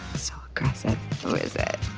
so aggressive. who is it?